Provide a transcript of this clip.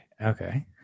Okay